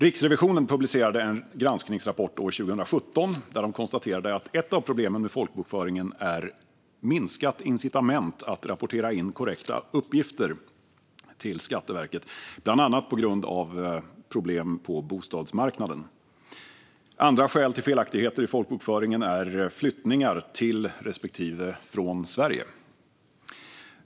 Riksrevisionen publicerade en granskningsrapport år 2017, där man konstaterade att ett av problemen med folkbokföringen är minskat incitament att rapportera in korrekta uppgifter till Skatteverket, bland annat på grund av problem på bostadsmarknaden. Andra skäl till felaktigheter i folkbokföringen är flyttningar till respektive från Sverige.